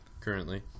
currently